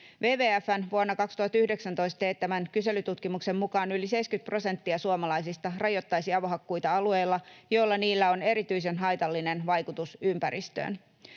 WWF:n vuonna 2019 teettämän kyselytutkimuksen mukaan yli 70 prosenttia suomalaisista rajoittaisi avohakkuita alueilla, joilla niillä on erityisen haitallinen vaikutus ympäristöön.